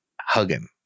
hugging